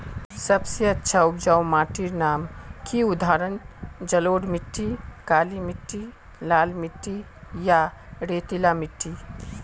सबसे अच्छा उपजाऊ माटिर नाम की उदाहरण जलोढ़ मिट्टी, काली मिटटी, लाल मिटटी या रेतीला मिट्टी?